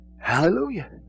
Hallelujah